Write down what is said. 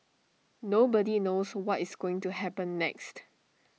nobody knows what is going to happen next